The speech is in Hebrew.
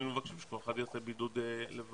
היינו מבקשים שכל אחד יעשה בידוד לבד.